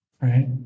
right